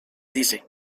dice